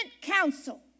counsel